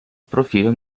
profilo